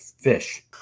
fish